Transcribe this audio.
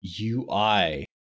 UI